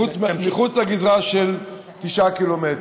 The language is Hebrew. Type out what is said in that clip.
גם אם הם מחוץ לגזרה של תשעה קילומטר.